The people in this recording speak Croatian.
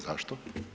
Zašto?